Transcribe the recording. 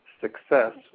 success